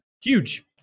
Huge